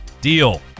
deal